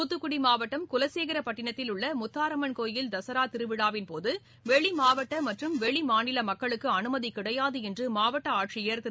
துத்துக்குடி மாவட்டம் குலசேகரப்பட்டினத்தில் உள்ள முத்தாரம்மன் கோவில் தசரா திருவிழாவின் போது வெளி மாவட்ட மற்றம் வெளிமாநில மக்களுக்கு அனுமதி கிடையாது என்று மாவட்ட ஆட்சியா் திரு